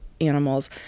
animals